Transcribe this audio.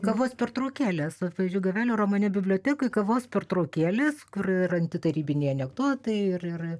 kavos pertraukėlės pavyzdžiui gavelio romane bibliotekoj kavos pertraukėlės kur ir antitarybiniai anekdotai ir ir